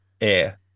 air